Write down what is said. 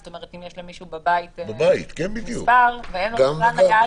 אם יש למישהו בבית מספר ואין לו בכלל נייד,